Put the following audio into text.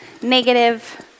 negative